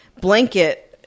blanket